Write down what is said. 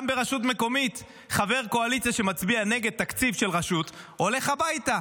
גם ברשות מקומית חבר קואליציה שמצביע נגד תקציב של רשות הולך הביתה.